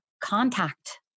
contact